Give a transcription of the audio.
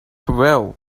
well